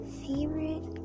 favorite